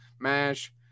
mash